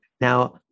Now